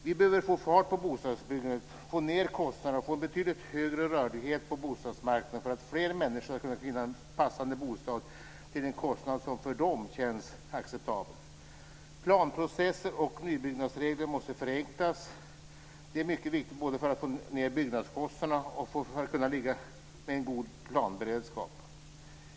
Vi behöver få fart på bostadsbyggandet, få ned kostnaderna och få en betydligt större rörlighet på bostadsmarknaden så att fler människor kan finna en passande bostad till en kostnad som för dem känns acceptabel. Planprocesser och nybyggnadsregler måste förenklas. Det är mycket viktigt både för att få ned byggnadskostnaderna och för att kunna ligga med en god planberedskap.